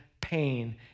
pain